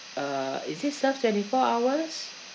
uh is it serve twenty four hours